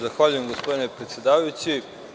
Zahvaljujem, gospodine predsedavajući.